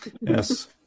Yes